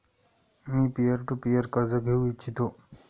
me peer to peer कर्ज घेऊ इच्छितो